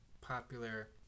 popular